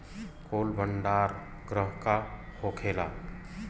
Cold भण्डार गृह का होखेला?